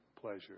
pleasure